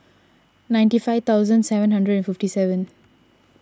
ninety five thousand seven hundred fifty seven